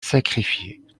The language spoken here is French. sacrifiée